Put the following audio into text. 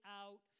out